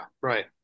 right